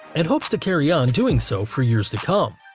and hopes to carry on doing so for years to come.